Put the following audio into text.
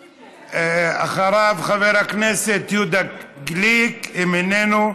אחריו, חבר הכנסת יהודה גליק, איננו,